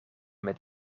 met